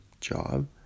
job